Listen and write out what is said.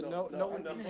no, no, and no,